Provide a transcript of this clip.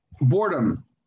boredom